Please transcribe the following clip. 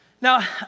Now